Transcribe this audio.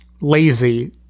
lazy